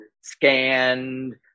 scanned